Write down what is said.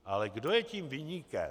Ale kdo je tím viníkem?